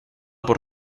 por